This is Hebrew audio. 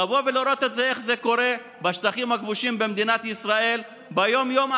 לבוא ולראות איך זה קורה בשטחים הכבושים במדינת ישראל ביום-יום,